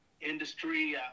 industry